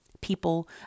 people